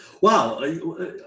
wow